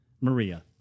Maria